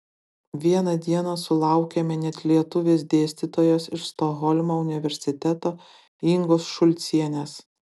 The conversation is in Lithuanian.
vieną dieną sulaukėme net lietuvės dėstytojos iš stokholmo universiteto ingos šulcienės